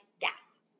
gas